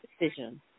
decision